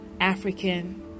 African